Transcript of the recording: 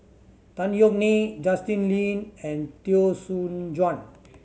Tan Yeok Nee Justin Lean and Teo Soon Chuan